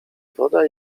woda